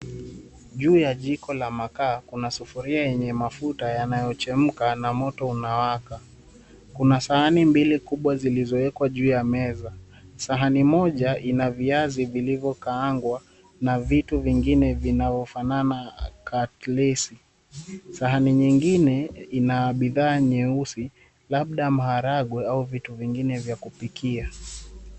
Juu ya jiko la makaa, kuna sufuria la mafuta yanayochemka, na moto unawaka. Kuna sahani mbili kubwa zilizowekwa juu ya meza. Sahani moja ina viazi vilivyokaangwa na vitu vingine vinavyofanana katlesi. Sahani nyingine ina bidhaa nyeusi, labda maharagwe au vitu vingine vya kupikia.